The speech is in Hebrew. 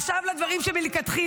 לא הבנתי.